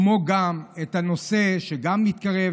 כמו גם את הנושא שמתקרב,